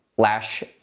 lash